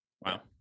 Wow